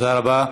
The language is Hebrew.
תודה רבה.